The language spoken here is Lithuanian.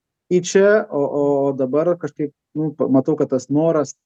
į čia o o o dabar kažkaip nu pamatau kad tas noras